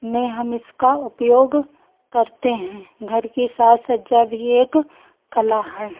में हम इसका उपयोग करते हैं घर की साज सज्जा भी एक कला है